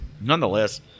nonetheless